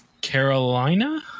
Carolina